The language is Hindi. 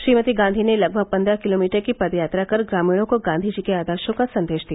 श्रीमती गांधी ने लगभग पन्द्रह किमी की पदयात्रा कर ग्रामीणों को गांधी जी के आदशों का संदेश दिया